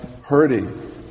hurting